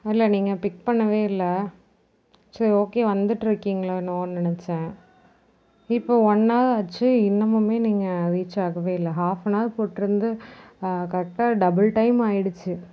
இல்லை நீங்கள் பிக் பண்ணவே இல்லை சரி ஓகே வந்துகிட்டு இருக்கீங்களோன்னு நினச்சன் இப்போது ஒன் ஹவர் ஆச்சு இன்னுமுமே நீங்கள் ரீச் ஆகவே இல்லை ஆஃப் அன் ஹவர் போட்டிருந்து கரெக்டாக டபுள் டைம் ஆகிடுச்சி